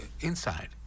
inside